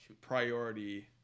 priority